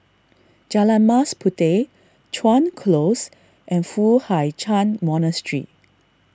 Jalan Mas Puteh Chuan Close and Foo Hai Ch'an Monastery